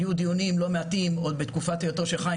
היו דיונים לא מעטים עוד בתקופת היותו של חיים